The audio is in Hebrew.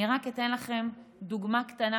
אני רק אתן לכם דוגמה קטנה,